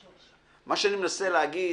אני מנסה להגיד,